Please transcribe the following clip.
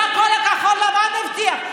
מה כל כחול לבן הבטיחו.